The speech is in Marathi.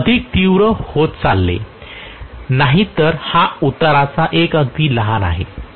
ते अधिक तीव्र होत चालले नाहीतर हा उताराचा प्रकार अगदी लहान आहे